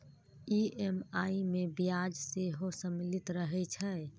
EMI मे ब्याज सेहो सम्मिलित रहै छै